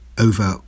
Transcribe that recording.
over